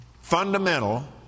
fundamental